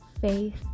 faith